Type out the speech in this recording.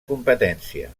competència